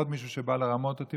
עוד מישהו שבא לרמות אותי,